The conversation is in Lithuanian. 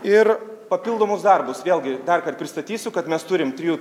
ir papildomus darbus vėlgi darkart pristatysiu kad mes turim trijų